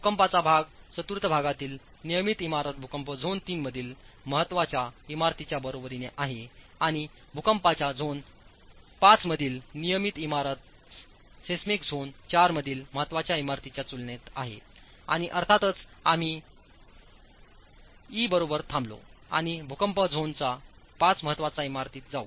भूकंपाचा भाग चतुर्थ भागातील नियमित इमारत भूकंप झोन III मधील महत्वाच्या इमारतीच्या बरोबरीने आहे आणि भूकंपाच्या झोन व्ही मधील नियमित इमारत सेसमायक झोन IVमधील महत्वाच्या इमारतीच्यातुलनेत आहे आणिअर्थातच आम्ही ई बरोबर थांबलो आणि भूकंपाचा झोन V महत्वाच्या इमारतीत जाऊ